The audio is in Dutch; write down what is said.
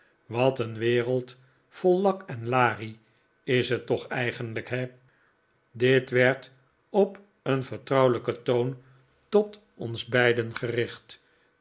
wat een wereld vol lak en larie is het toch eigenlijk he dit werd op een vertrouwelijken toon tot ons beiden gericht